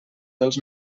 dels